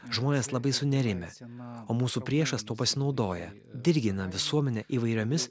žmonės labai sunerimę o mūsų priešas tuo pasinaudoja dirgina visuomenę įvairiomis